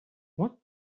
what